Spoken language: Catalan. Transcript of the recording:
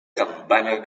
campana